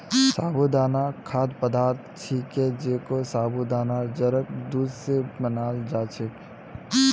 साबूदाना खाद्य पदार्थ छिके जेको साबूदानार जड़क दूध स बनाल जा छेक